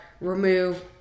remove